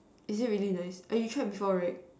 is it really nice eh you tried before right